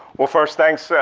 well first thanks.